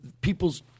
people's